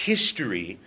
history